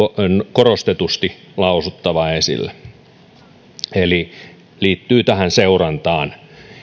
korostetusti lausuttava esille liittyen tähän seurantaan